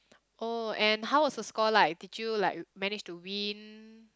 oh and how is the score like did you like manage to win